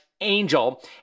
angel